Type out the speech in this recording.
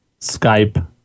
Skype